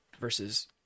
versus